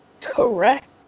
Correct